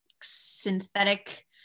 synthetic